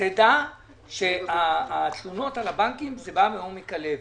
תדע שהתלונות על הבנקים באות מעומק הלב.